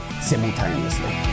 simultaneously